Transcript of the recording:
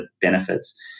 benefits